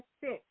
six